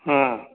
ହଁ